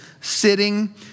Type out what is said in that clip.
sitting